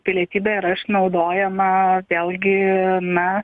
pilietybė yra išnaudojama vėlgi na